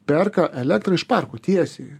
perka elektrą iš parko tiesiai